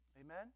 Amen